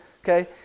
okay